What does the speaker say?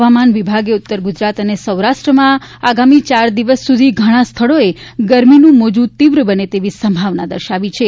હવામાન વિભાગે ઉત્તર ગુજરાત અને સૌરાષ્ટ્રમાં આગામી ચાર દિવસ સુધી ઘણા સ્થળોએ ગરમીનું મોજું તીવ્ર બને તેવી સંભાવના દર્શાવી છે